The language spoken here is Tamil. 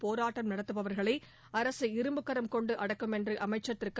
போராட்டம் நடத்துபவா்களை அரசு இரும்புக்கரம் கொண்டு அடக்கும் என்று அமைச்ச் க